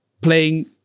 playing